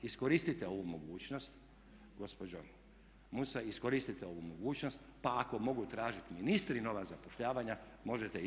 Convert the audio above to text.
Iskoristite ovu mogućnost gospođo Musa, iskoristite ovu mogućnost, pa ako mogu tražiti ministri nova zapošljavanja možete i vi.